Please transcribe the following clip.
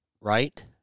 right